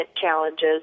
challenges